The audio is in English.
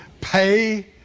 Pay